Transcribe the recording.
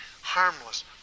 harmless